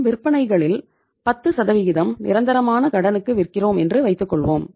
நம் விற்பனைகளில் 10 நிரந்தரமாக கடனுக்கு விற்கிறோம் என்று வைத்துக்கொள்வோம்